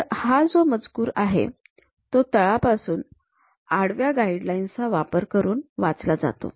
तर हा जो मजकूर आहे तो तळापासून आडव्या गाईडलाईन्स चा वापर करून वाचला जातो